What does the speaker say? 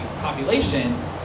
population